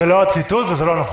זה לא הציטוט וזה לא נכון.